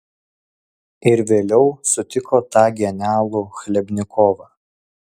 ir vėliau sutiko tą genialų chlebnikovą